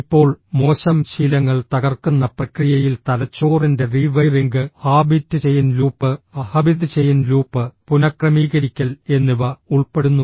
ഇപ്പോൾ മോശം ശീലങ്ങൾ തകർക്കുന്ന പ്രക്രിയയിൽ തലച്ചോറിന്റെ റീവൈറിംഗ് ഹാബിറ്റ് ചെയിൻ ലൂപ്പ് പുനക്രമീകരിക്കൽ എന്നിവ ഉൾപ്പെടുന്നു